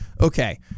Okay